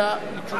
היא תשובה טובה.